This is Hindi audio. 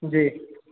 जी